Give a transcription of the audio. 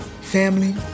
family